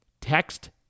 Text